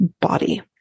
body